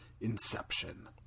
Inception